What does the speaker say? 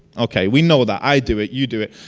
ok we know that, i do it, you do it.